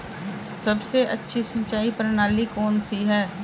सबसे अच्छी सिंचाई प्रणाली कौन सी है?